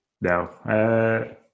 no